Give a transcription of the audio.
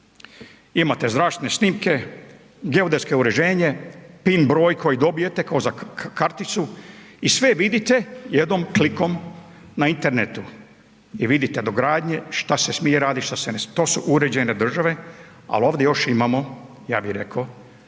Imate zračne snimke, geodetske uređenje, PIN broj koji dobijete kao za karticu i sve vidite jednim klikom na internetu. I vidite dogradnje, što se smije raditi, što se ne smije. To su uređene države, ali ovdje još imamo, ja bih rekao